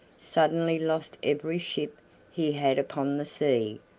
suddenly lost every ship he had upon the sea,